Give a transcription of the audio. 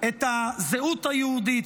את הזהות היהודית,